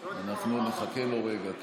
אנחנו נחכה לו רגע,